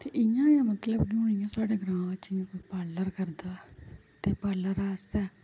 ते इयां गै मतलब हून इयां साढ़े ग्रांऽ च जियां कोई पालर करदा ते पालर आस्तै